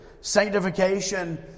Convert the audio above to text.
Sanctification